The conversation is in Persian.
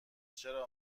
چرا